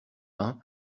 mains